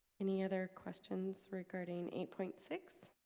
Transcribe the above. any other questions regarding eight point six